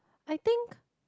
I think